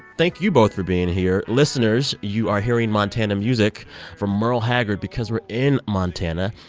thank you both for being here. listeners, you are hearing montana music from merle haggard because we're in montana,